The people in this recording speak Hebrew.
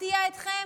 אפתיע אתכם,